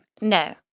No